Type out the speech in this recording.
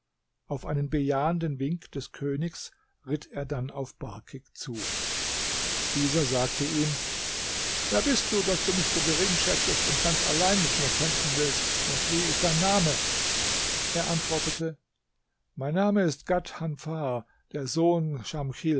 auf einen bejahenden wink des königs ritt er dann auf barkik zu dieser sagte ihm wer bist du daß du mich so geringschätzest und ganz allein mit mir kämpfen willst und wie ist dein name er antwortete mein name ist ghadhanfar der sohn